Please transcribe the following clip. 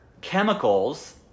chemicals